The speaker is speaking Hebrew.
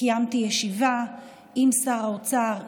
קיימתי ישיבה עם שר האוצר,